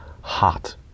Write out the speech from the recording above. hot